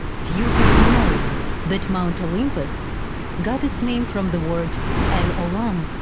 few people know that mount olympus got its name from the word el olam.